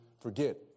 forget